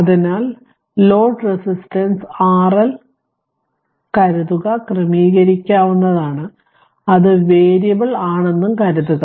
അതിനാൽ load resistance RL കരുതുക ക്രമീകരിക്കാവുന്നതാണെന്ന് അത് വേരിയബിൾ ആണെന്നും കരുതുക